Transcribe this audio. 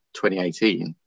2018